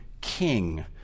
king